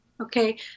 okay